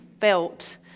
felt